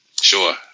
sure